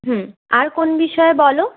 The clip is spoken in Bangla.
হুম আর কোন বিষয় বলো